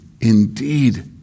indeed